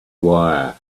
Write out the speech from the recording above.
wire